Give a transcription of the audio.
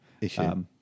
issue